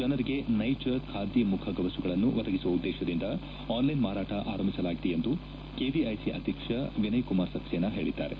ಜನರಿಗೆ ನೈಜ ಖಾದಿ ಮುಖಗವಸುಗಳನ್ನು ಒದಗಿಸುವ ಉದ್ದೇಶದಿಂದ ಆನ್ಲೈನ್ ಮಾರಾಟ ಆರಂಭಿಸಲಾಗಿದೆ ಎಂದು ಕೆವಿಐಸಿ ಅಧ್ವಕ್ಷ ವಿನಯ್ ಕುಮಾರ್ ಸಕ್ಲೇನಾ ಹೇಳಿದ್ದಾರೆ